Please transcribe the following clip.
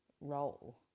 role